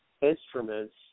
instruments